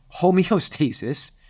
homeostasis